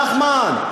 נחמן,